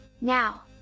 Now